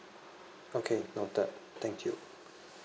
okay noted thank you